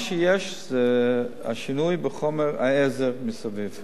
מה שיש זה השינוי בחומר העזר מסביב.